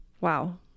Wow